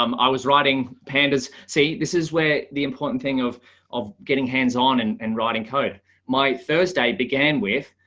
um i was writing pandas. see, this is where the important thing of of getting hands on and and writing code my thursday began with,